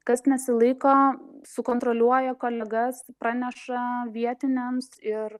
kas nesilaiko sukontroliuoja kolegas praneša vietiniams ir